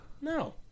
No